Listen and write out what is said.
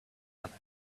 other